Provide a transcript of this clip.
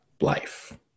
life